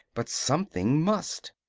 but something must.